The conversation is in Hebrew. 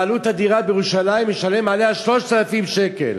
בעלות הדירה בירושלים, הוא משלם עליה 3,000 שקל,